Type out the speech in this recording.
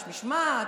יש משמעת,